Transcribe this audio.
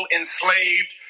enslaved